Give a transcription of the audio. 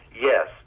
Yes